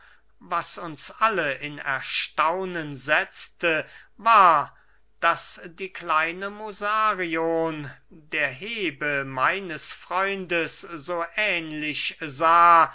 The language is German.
was uns alle in erstaunen setzte war daß die kleine musarion der hebe meines freundes so ähnlich sah